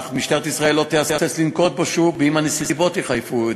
אך משטרת ישראל לא תהסס לנקוט אותו שוב אם הנסיבות יחייבו זאת.